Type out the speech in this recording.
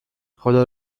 خدا